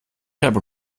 habe